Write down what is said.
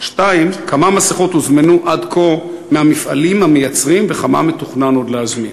2. כמה מסכות הוזמנו עד כה מהמפעלים המייצרים וכמה מתוכנן עוד להזמין?